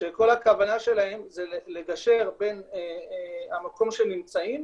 שכל הכוונה שלה זה לגשר בין המקום שהם נמצאים